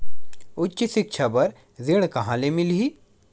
उच्च सिक्छा बर ऋण कहां ले मिलही?